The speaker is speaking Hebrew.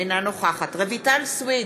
אינה נוכחת רויטל סויד,